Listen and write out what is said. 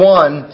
one